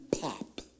pop